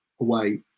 away